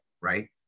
right